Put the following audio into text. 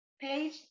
page